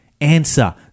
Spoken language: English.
answer